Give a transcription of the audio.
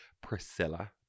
Priscilla